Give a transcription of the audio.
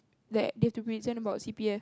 like they have to present about C_P_F